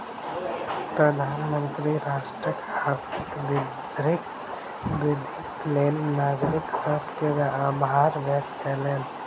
प्रधानमंत्री राष्ट्रक आर्थिक वृद्धिक लेल नागरिक सभ के आभार व्यक्त कयलैन